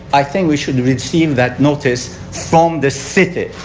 i think we should receive that notice from the city.